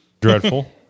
Dreadful